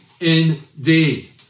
indeed